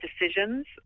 decisions